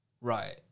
Right